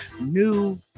new